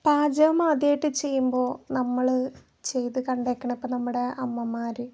പാചകം ആദ്യായിട്ട് ചെയ്യുമ്പോൾ നമ്മള് ചെയ്ത് കണ്ടേക്കുന്നത് നമ്മുടെ അമ്മമാര്